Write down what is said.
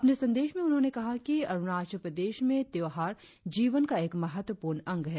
अपने संदेश में उन्होंने कहा कि अरुणाचल प्रदेश में त्यौहार जीवन का एक महत्वपूर्ण अंग है